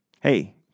Hey